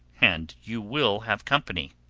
and you will have company.